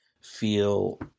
feel